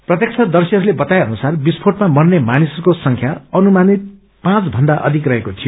प्रत्यक्षदशीहस्ते बताए अनुसार विस्फोटमा मर्ने मानिसहरूको संख्या अनुमानित पाँच भन्दा अधिक थियो